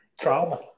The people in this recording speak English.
Trauma